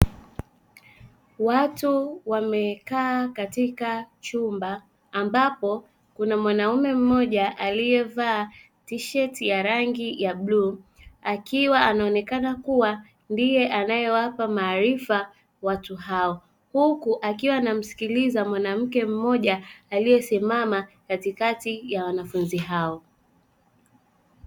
Watu wamekaa katika chumba ambapo, kuna mwanaume mmoja aliyevaa tisheti ya rangi ya bluu, akiwa anaonekana kuwa ndiye anayewapa maarifa watu hao, huku akiwa anamsikiliza mwanamke mmoja aliyesimama katikati ya wanafunzi hao.